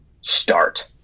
start